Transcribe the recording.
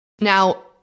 Now